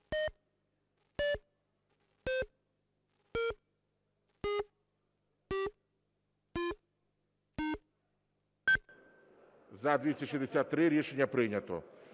За-249 Рішення прийнято.